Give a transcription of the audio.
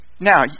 Now